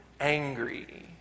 angry